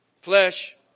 Flesh